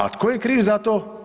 A tko je kriv za to?